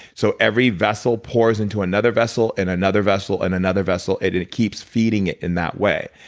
so every vessel pours into another vessel and another vessel, and another vessel. it and it keeps feeding it in that way.